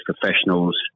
professionals